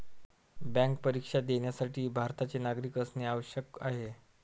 bank परीक्षा देण्यासाठी भारताचे नागरिक असणे आवश्यक आहे